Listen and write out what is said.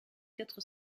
quatre